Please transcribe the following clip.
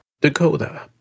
Dakota